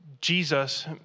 Jesus